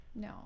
no